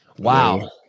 Wow